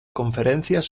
conferencias